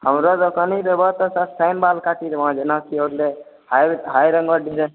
हमर दोकानी पर एबए तऽ सस्तेमे बाल काटि देबऽ जेनाकि होलै हाइ रङ्गर डिजाइन